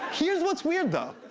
here's what's weird, though.